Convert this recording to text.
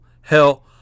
Hell